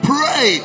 Pray